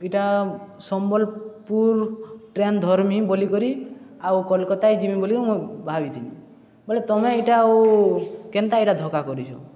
ଇଟା ସମ୍ବଲପୁର ଟ୍ରେନ୍ ଧର୍ମି ବୋଲିକରି ଆଉ କୋଲକାତାଏ ଯିମି ବୋଲିକି ମୁଁ ଭାବିଥିନି ବୋଇଲେ ତୁମେ ଏଇଟା ଆଉ କେନ୍ତା ଏଇଟା ଧୋକା କରିଛ